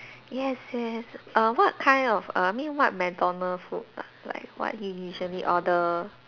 yes yes err what kind of err I mean what McDonald food like what you usually order